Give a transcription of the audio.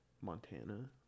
Montana